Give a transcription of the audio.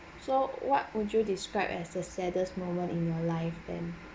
so what would you described as the saddest moment in your life then